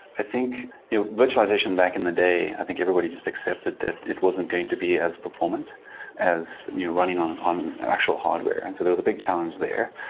i think virtualization back in the day, i think everybody just accepted that it wasn't going to be as performant as running on on actual hardware. and so there was a big challenge there.